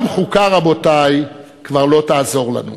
גם חוקה, רבותי, כבר לא תעזור לנו.